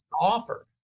offer